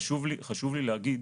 חשוב לי להגיד